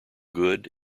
good